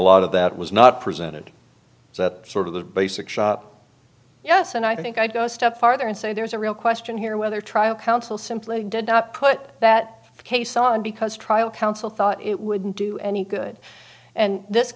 that was not presented so that sort of the basic shop yes and i think i'd go step farther and say there's a real question here whether trial counsel simply did not put that case on because trial counsel thought it wouldn't do any good and this